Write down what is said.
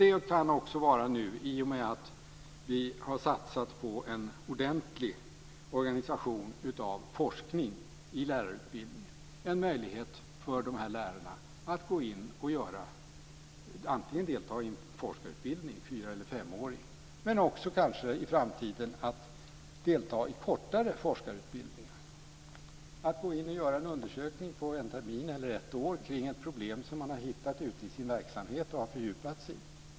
Det kan de också göra nu i och med att vi har satsat på en ordentlig organisation av forskning i lärarutbildning. Det gäller en möjlighet för de här lärarna att antingen delta i fyra eller femårig forskarutbildning men i framtiden kanske också delta i kortare forskarutbildningar. De kan kanske få göra en undersökning en termin eller ett år kring ett problem som man har hittat ute i sin verksamhet och har fördjupat sig i.